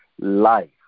life